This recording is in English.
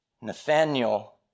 Nathaniel